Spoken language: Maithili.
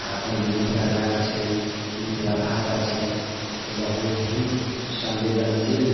आओर अपन जे मिथिला गाना छै मिथिला भाषा छै बहुत ही संवेदनशील